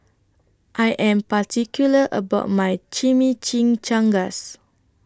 I Am particular about My Chimichangas